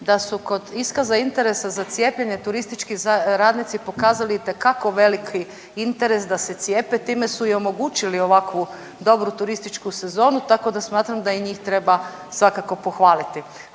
da su kod iskaza interesa za cijepljenje turistički radnici pokazali itekako veliki interes da se cijepe. Time su i omogućili ovakvu dobru turističku sezonu, tako da smatram da i njih treba svakako pohvaliti.